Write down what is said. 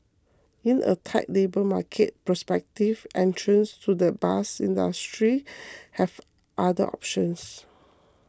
in a tight labour market prospective entrants to the bus industry have other options